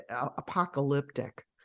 apocalyptic